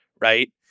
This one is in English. right